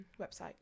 website